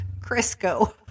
Crisco